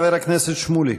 חבר הכנסת שמולי.